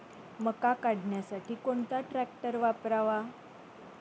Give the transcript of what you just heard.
मका काढणीसाठी कोणता ट्रॅक्टर वापरावा?